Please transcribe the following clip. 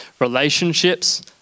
Relationships